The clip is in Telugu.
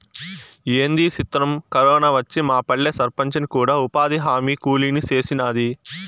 ఏంది సిత్రం, కరోనా వచ్చి మాపల్లె సర్పంచిని కూడా ఉపాధిహామీ కూలీని సేసినాది